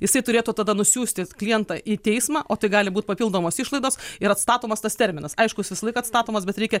jisai turėtų tada nusiųsti klientą į teismą o tai gali būt papildomos išlaidos ir atstatomas tas terminas aišku jis visąlaik atstatomas bet reikia